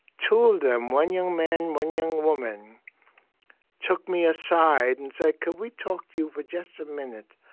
two of them one young man, one young woman took me aside and said, could we talk to you for just a minute?